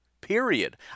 period